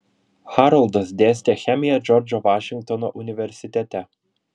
haroldas dėstė chemiją džordžo vašingtono universitete